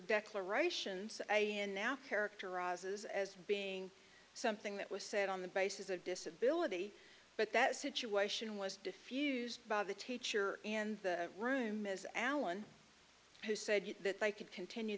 declarations and now characterizes as being something that was said on the basis of disability but that situation was diffused by the teacher and the room is alan who said that they could continue